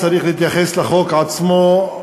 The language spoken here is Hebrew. צריך להתייחס לחוק עצמו.